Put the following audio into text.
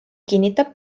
kinnitab